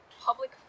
public